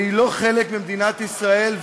והיא לא חלק ממדינת ישראל,